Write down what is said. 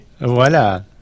Voilà